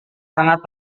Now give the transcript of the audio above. sangat